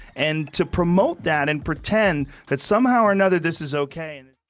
and to promote that and pretend that somehow or another this is okay and.